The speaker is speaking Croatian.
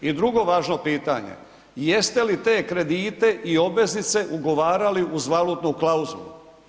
I drugo važno pitanje, jeste li te kredite i obveznice ugovarali uz valutnu klauzulu?